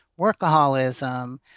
workaholism